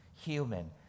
human